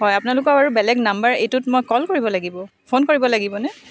হয় আপোনালোকৰ আৰু বেলেগ নাম্বাৰ এইটোত কল কৰিব লাগিব ফোন কৰিব লাগিব নে